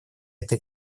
этой